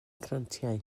grantiau